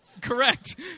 Correct